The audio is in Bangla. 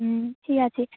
হুম ঠিক আছে